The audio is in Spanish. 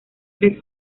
tres